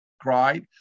cried